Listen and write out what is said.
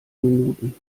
minuten